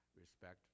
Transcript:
respect